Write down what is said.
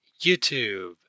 YouTube